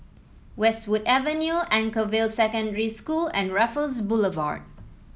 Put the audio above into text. Westwood Avenue Anchorvale Secondary School and Raffles Boulevard